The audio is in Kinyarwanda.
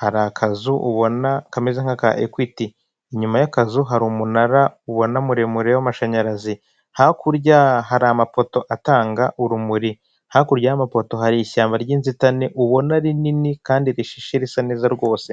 hari akazu ubona kameze nka ekwiti, inyuma y'akazu hari umunara ubona muremure w'amashanyarazi, hakurya hari amapoto atanga urumuri, hakurya y'amapoto hari ishyamba ry'inzitane ubona rinini kandi rishishe risa neza rwose.